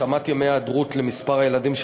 התאמת ימי ההיעדרות למספר הילדים של